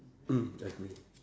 mm agree